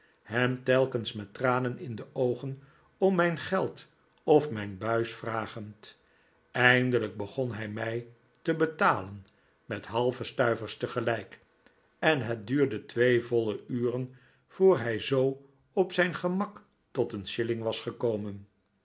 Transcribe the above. hem telkens met tranen in de oogen om mijn geld of mijn buis vragend eindelijk begon hij mij te betalen met halve stuivers tegelijk en het duurde twee voile uren voor hij zoo op zijn gemak tot een shilling was gekomen